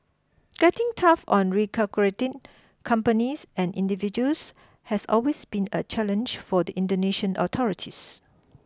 getting tough on recalcitrant companies and individuals has always been a challenge for the Indonesian authorities